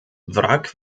wrack